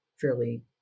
fairly